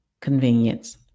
convenience